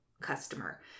customer